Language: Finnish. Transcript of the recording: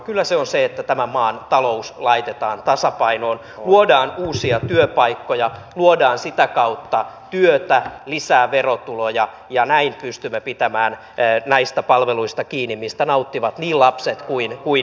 kyllä se on se että tämän maan talous laitetaan tasapainoon luodaan uusia työpaikkoja luodaan sitä kautta työtä lisää verotuloja ja näin pystymme pitämään näistä palveluista kiinni mistä nauttivat niin lapset kuin ikäihmisetkin